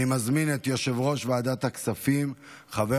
אני מזמין את יושב-ראש ועדת הכספים חבר